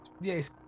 Yes